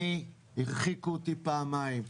אותי הרחיקו אותי פעמיים.